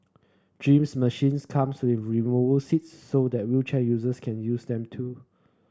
gym machines come with removable seats so that wheelchair users can use them too